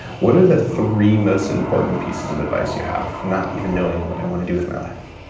what are the three most important pieces of advice you have, not even knowing what i want to do with my life?